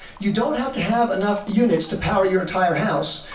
you don't have to have enough units to power your entire house,